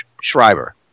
Schreiber